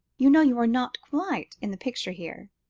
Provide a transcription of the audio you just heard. you know you are not quite in the picture here,